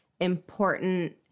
important